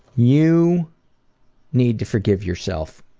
you need to forgive yourself.